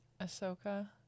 Ahsoka